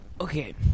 Okay